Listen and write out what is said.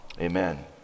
Amen